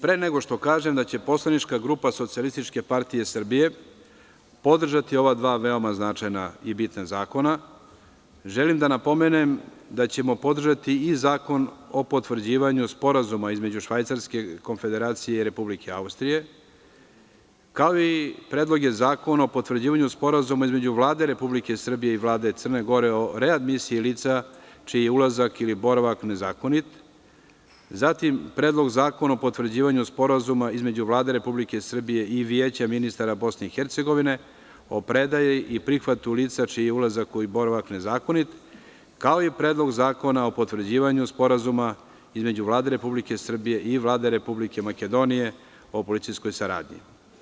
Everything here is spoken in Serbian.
Pre nego što kažem da će poslanička grupa SPS podržati ova dva veoma značajna i bitna zakona, želim da napomenem da ćemo podržati i Zakon o potvrđivanju Sporazuma između Švajcarske konfederacije i Republike Austrije, kao i predloge zakona o potvrđivanju Sporazuma Vlade Republike Srbije i Vlade Crne Gore o readmisiji lica čiji je ulazak ili boravak nezakonit, Predlog zakona o potvrđivanju Sporazuma između Vlade Republike Srbije i Vjeća ministara BiH o predaji i prihvatu lica čiji je ulazak i boravak nezakonit, kao i Predlog zakona o potvrđivanju Sporazuma između Vlade Republike Srbije i Vlade Republike Makedonije o policijskoj saradnji.